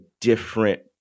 different